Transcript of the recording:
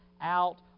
out